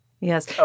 yes